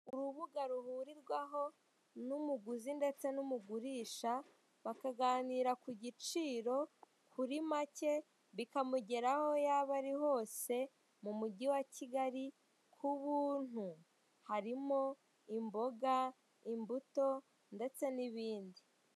Urubuga ruhurirwaho n'umuguzi ndetse n'umugurisha bakaganira ku giciro; kuri make bikamugeraho, aho yaba ari hose mu mumjyi wa Kigali ku buntu; harimo: imboga, imbuto ndetse n'ibindi.